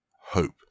hope